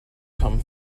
come